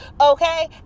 Okay